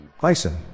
Bison